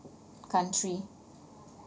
country